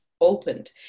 opened